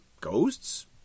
ghosts